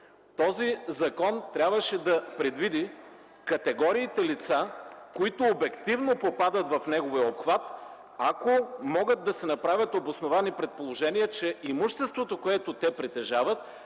Този закон трябваше да предвиди категориите лица, които обективно попадат в неговия обхват, ако могат да се направят обосновани предположения, че имуществото, което те притежават,